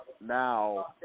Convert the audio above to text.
now